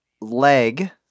leg